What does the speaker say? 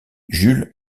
jules